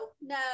no